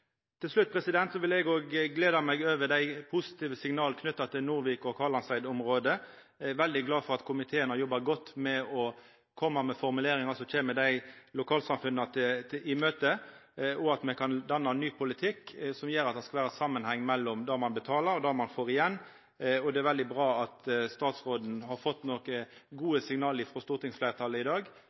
Til slutt: Eg gler meg over dei positive signala knytte til Nordvik- og Kalandseid-området. Eg er veldig glad for at komiteen har jobba godt med omsyn til å koma fram til formuleringar som kjem dei lokalsamfunna i møte, og at me kan danna ein ny politikk som gjer at det er samanheng mellom det som ein betaler, og det ein får igjen. Det er veldig bra at statsråden har fått nokre gode signal frå stortingsfleirtalet i dag,